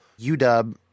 UW